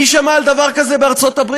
מי שמע על דבר כזה בארצות-הברית?